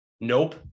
Nope